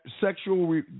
sexual